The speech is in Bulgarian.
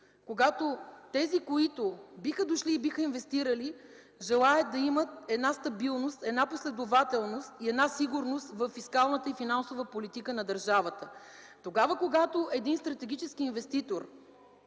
когато тези, които биха дошли и биха инвестирали, желаят да имат една стабилност, една последователност и една сигурност във фискалната и финансова политика на държавата. Тогава, когато един стратегически инвеститор